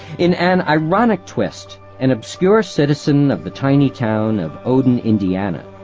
in an ironic twist, an obscure citizen of the tiny town of odon, indiana,